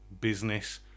business